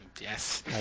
Yes